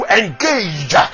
engage